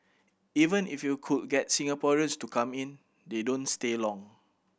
even if you could get Singaporeans to come in they don't stay long